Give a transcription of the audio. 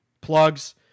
Plugs